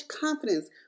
confidence